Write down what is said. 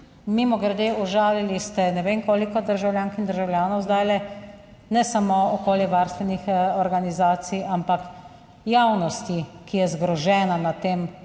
Mimogrede, užalili ste ne vem koliko državljank in državljanov zdaj, ne samo okoljevarstvenih organizacij, ampak javnosti, ki je zgrožena nad tem,